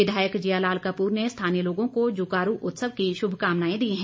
विधायक जियालाल कप्र ने स्थानीय लोगों को जुकारू उत्सव की शुभकामनाएं दी हैं